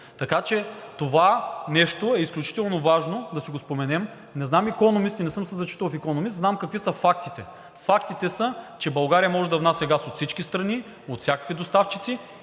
Така че това нещо е изключително важно да си го споменем. Не знам „Икономист“ и не съм се зачитал в „Икономист“, знам какви са фактите. Фактите са, че България може да внася газ от всички страни, от всякакви доставчици